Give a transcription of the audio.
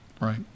right